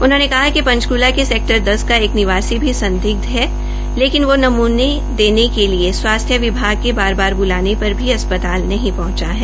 उन्होंने कहा कि पंचकूला के सेक्टर दस का एक निवासी भी संदिग्ध है लेकिन वो नमूने देने के लिए स्वास्थ्य विभाग के बार बार ब्लाने पर भी अस्पताल नहीं पहंचा है